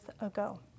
ago